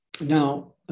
now